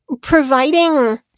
Providing